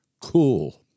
Cool